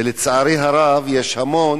ולצערי הרב יש המון